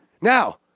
Now